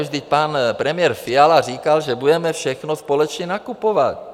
Vždyť pan premiér Fiala říkal, že budeme všechno společně nakupovat.